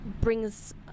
brings